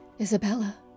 Isabella